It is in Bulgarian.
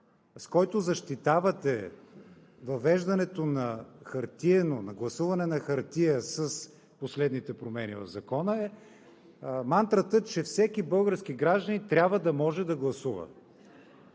с който защитавате въвеждането на гласуване на хартия с последните промени в Закона, е мантрата, че всеки български гражданин трябва да може да гласува